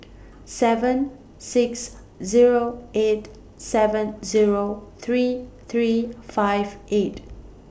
seven six Zero eight seven Zero three three five eight